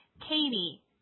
Katie